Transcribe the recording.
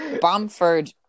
Bamford